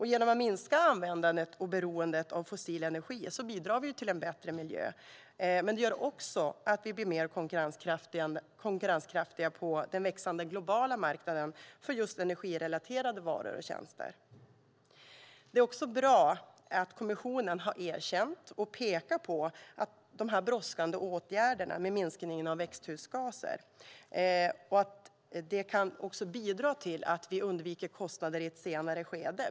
Genom att minska användandet och beroendet av fossil energi bidrar vi till en bättre miljö. Men det gör också att vi blir mer konkurrenskraftiga på den växande globala marknaden för energirelaterade varor och tjänster. Det är också bra att kommissionen har erkänt och pekat på att de brådskande åtgärderna med minskning av växthusgaser kan bidra till att vi undviker kostnader i ett senare skede.